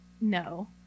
no